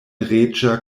reĝa